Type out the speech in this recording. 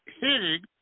hitting